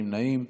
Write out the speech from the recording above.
אין נמנעים,